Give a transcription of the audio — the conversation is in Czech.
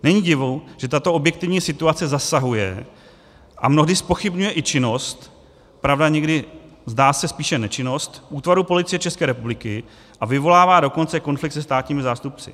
Není divu, že tato objektivní situace zasahuje a mnohdy zpochybňuje i činnost pravda, někdy, zdá se, spíše nečinnost útvarů Policie České republiky, a vyvolává dokonce konflikt se státními zástupci.